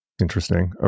Interesting